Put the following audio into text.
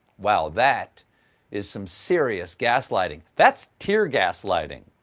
wow, that is some serious gaslighting. that's tear-gas lighting.